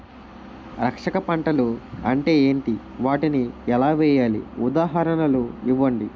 రక్షక పంటలు అంటే ఏంటి? వాటిని ఎలా వేయాలి? ఉదాహరణలు ఇవ్వండి?